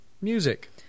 music